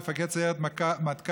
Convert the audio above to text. מפקד סיירת מטכ"ל,